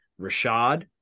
rashad